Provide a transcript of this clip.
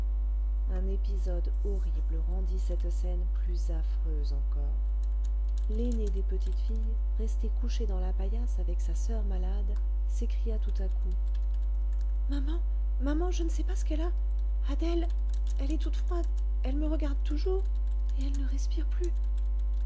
un épisode horrible rendit cette scène plus affreuse encore l'aînée des petites filles restée couchée dans la paillasse avec sa soeur malade s'écria tout à coup maman maman je ne sais pas ce qu'elle a adèle elle est toute froide elle me regarde toujours et elle ne respire plus